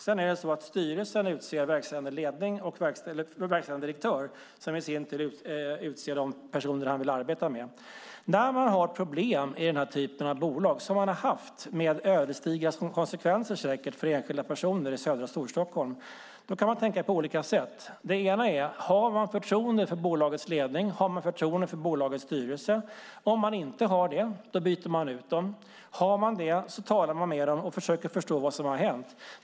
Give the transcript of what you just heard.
Sedan utser styrelsen verkställande direktör som i sin tur utser de personer som han vill arbeta med. När man har problem i denna typ av bolag, som man har haft med säkert ödesdigra konsekvenser för enskilda personer i södra Storstockholm, kan man tänka på olika sätt. Det ena är: Har man förtroende för bolagets ledning? Har man förtroende för bolagets styrelse? Om man inte har det byter man ut dem. Har man det talar man med dem och försöker förstå vad som har hänt.